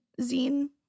zine